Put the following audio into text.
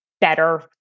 better